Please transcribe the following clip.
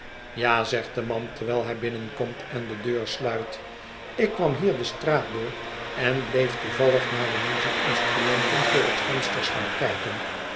ja zegt de man terwijl hij binnenkomt en de deur sluit ik kwam hier de straat door en bleef toevallig naar de muziekinstrumenten voor het venster staan kijken